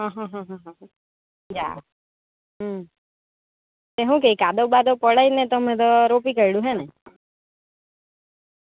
હહહ અહં યા હમ એ શું કહે કાદવ બાદવ પડાવીને તમે તો રોકી કાઢ્યું હે ને